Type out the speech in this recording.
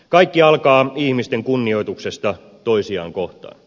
kaikki alkaa ihmisen kunnioituksesta toisiaan kohtaan